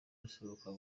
asohorwa